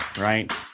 right